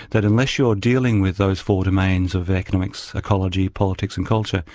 that unless you're dealing with those four domains of economics, ecology, politics and culture,